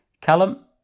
Callum